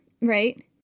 right